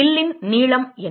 வில்லின் நீளம் என்ன